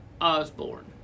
Osborne